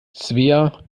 svea